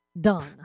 Done